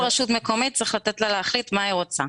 כל רשות מקומית, צריך לתת לה להחליט מה היא רוצה,